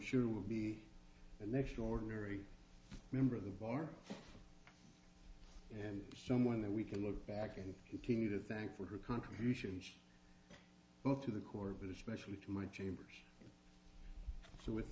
sure will be an extraordinary member of the bar and someone that we can look back and continue to thank for her contributions both to the corps but especially to my chambers so with